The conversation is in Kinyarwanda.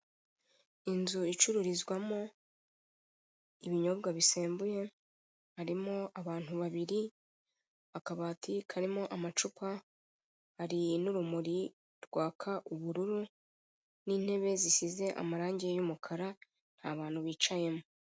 Inzu icururizwamo inyobwa bisembuye harimo abantu babiri, akabati karimo amacupa hari n'urumuri rwaka ubururu n'intebe zisize amarange y'umukara, hari abantu bicayemo.